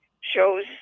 shows